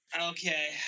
Okay